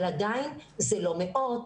אבל עדיין זה לא מאות,